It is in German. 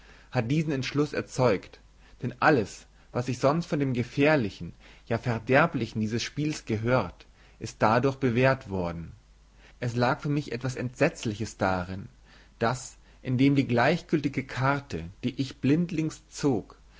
hat diesen entschluß erzeugt denn alles das was ich sonst von dem gefährlichen ja verderblichen dieses spiels gehört ist dadurch bewährt worden es lag für mich etwas entsetzliches darin daß indem die gleichgültige karte die ich blindlings zog